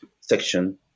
section